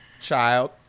child